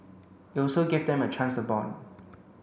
it also gave them a chance to bond